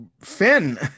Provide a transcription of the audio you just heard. Finn